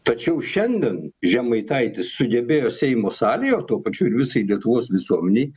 tačiau šiandien žemaitaitis sugebėjo seimo salėje o tuo pačiu ir visai lietuvos visuomenei